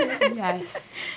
Yes